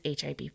HIV